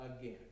again